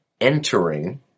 entering